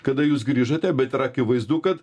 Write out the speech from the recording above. kada jūs grįžote bet yra akivaizdu kad